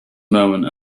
moment